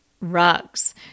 rugs